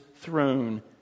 throne